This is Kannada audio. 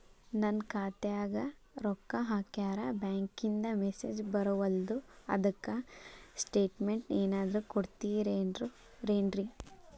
ನನ್ ಖಾತ್ಯಾಗ ರೊಕ್ಕಾ ಹಾಕ್ಯಾರ ಬ್ಯಾಂಕಿಂದ ಮೆಸೇಜ್ ಬರವಲ್ದು ಅದ್ಕ ಸ್ಟೇಟ್ಮೆಂಟ್ ಏನಾದ್ರು ಕೊಡ್ತೇರೆನ್ರಿ?